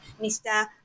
Mr